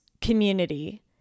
community